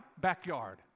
backyard